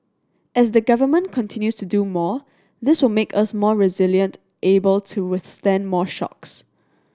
as the Government continues to do more this will make us more resilient able to withstand more shocks